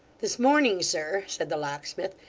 this morning, sir said the locksmith,